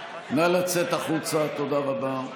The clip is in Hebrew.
נא לצאת החוצה, תודה רבה.